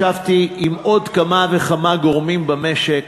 ישבתי עם עוד כמה וכמה גורמים במשק,